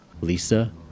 Lisa